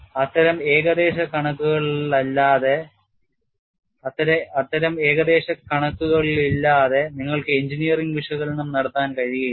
അത്തരം ഏകദേശ കണക്കുകളില്ലാതെ നിങ്ങൾക്ക് എഞ്ചിനീയറിംഗ് വിശകലനം നടത്താൻ കഴിയില്ല